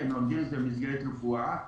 הם לומדים את זה במסגרת רפואה,